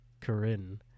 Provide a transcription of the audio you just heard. Corinne